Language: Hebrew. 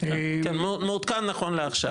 כן, מעודכן נכון לעכשיו.